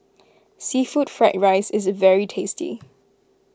Seafood Fried Rice is very tasty